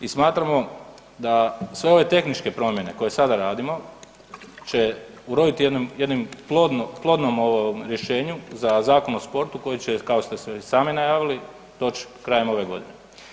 I smatramo da sve ove tehničke promjene koje sada radimo će uroditi jednim plodnim rješenjem za Zakon o sportu koji će kao što ste i sami najavili doći krajem ove godine.